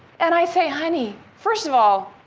and i say, honey first of all,